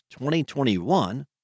2021